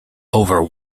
over